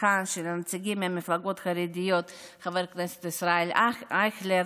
בתמיכה של הנציגים מהמפלגות החרדיות חבר הכנסת ישראל אייכלר